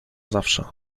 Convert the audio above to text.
zawsze